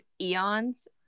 eons